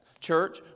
Church